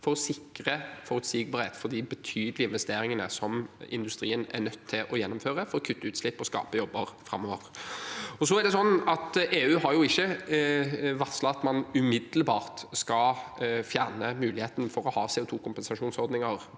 ikke minst forutsigbarhet for de betydelige investeringene industrien er nødt til å gjennomføre for å kutte utslipp og skape jobber framover. EU har ikke varslet at man umiddelbart skal fjerne muligheten for å ha CO2-kompensasjonsordninger